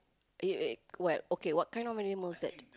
if if what okay what kind of animals that